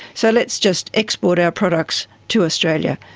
so let's just export our products to australia.